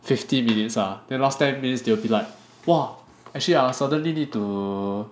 fifty minutes ah then the last ten minutes they'll be like !wah! actually ah suddenly need to